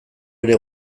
ere